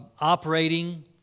operating